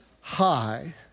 High